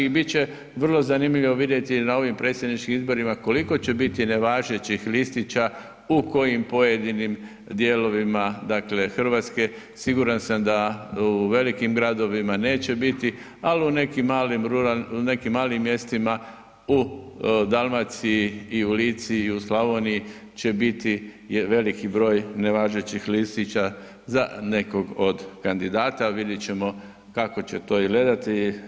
I bit će vrlo zanimljivo vidjeti na ovim predsjedničkim izborima koliko će biti nevažećih listića u kojim pojedinim dijelovima Hrvatske siguran sam da u velikim gradovima neće biti, ali u nekim malim mjestima u Dalmaciji i u Lici i u Slavoniji će biti veliki broj nevažećih listića za nekog od kandidata, a vidjet ćemo kako će to izgledati.